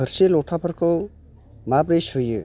थोरसि लथाफोेरखौ माबोरै सुयो